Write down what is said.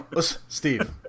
Steve